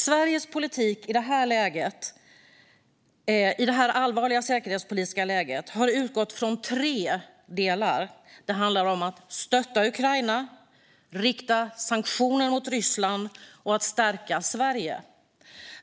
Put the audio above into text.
Sveriges politik i det här allvarliga säkerhetspolitiska läget har utgått från tre delar. Det handlar om att stötta Ukraina, rikta sanktioner mot Ryssland och stärka Sverige.